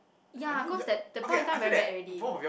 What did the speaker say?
ya cause that that point in time very bad already